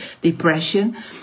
depression